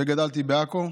גדלתי בעכו,